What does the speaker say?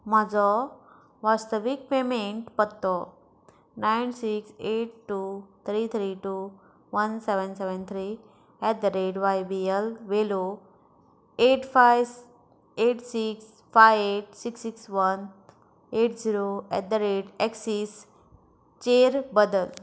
म्हजो वास्तवीक पेमेंट पत्तो nine six eight two three three two one seven seven three at the rate Y B L वेलो eight five eight six five six six one eight zero at the rate Axis चेर बदल